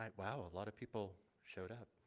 um wow, a lot of people showed up.